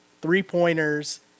three-pointers